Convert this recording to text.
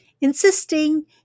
insisting